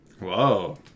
Whoa